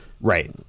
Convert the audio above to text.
Right